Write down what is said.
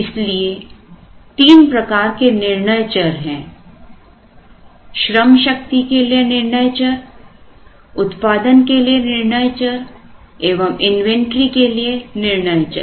इसलिए तीन प्रकार के निर्णय चर हैं श्रम शक्ति के लिए निर्णय चर उत्पादन के लिए निर्णय चर एवं इन्वेंटरी के लिए निर्णय चर